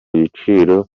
byiciro